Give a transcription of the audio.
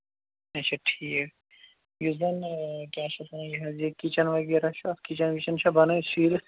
اَچھا ٹھیٖک یُس زَن کیٛاہ چھِ اَتھ وَنان یہِ حظ یہِ کِچَن وغیرہ چھُ اَتھ کِچَن وِچَن چھا بَنٲوِتھ شیٖرِتھ